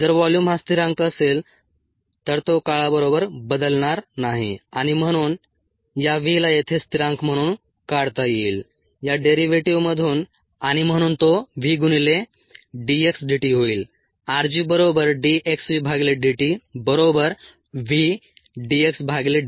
जर व्हॉल्यूम हा स्थिरांक असेल तर तो काळाबरोबर बदलणार नाही आणि म्हणून या V ला येथे स्थिरांक म्हणून काढता येईल या डेरिव्हेटीव्हमधून आणि म्हणून तो V गुणिले d x dt होईल